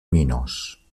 minos